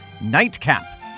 Nightcap